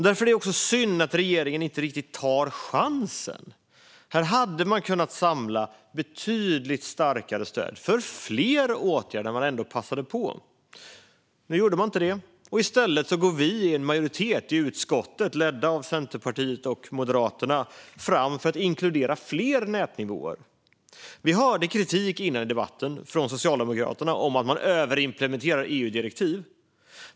Därför är det synd att regeringen inte riktigt tar chansen. Man hade kunnat passa på att samla betydligt starkare stöd för fler åtgärder. Nu gjorde man inte det. I stället går vi, en majoritet i utskottet ledda av Centerpartiet och Moderaterna, fram för att inkludera fler nätnivåer. Tidigare i debatten hörde vi kritik från Socialdemokraterna om att man överimplementerar EU-direktiv.